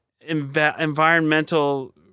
environmental